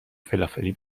فلافلی